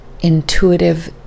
intuitive